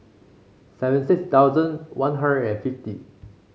seventy six thousand One Hundred and fifty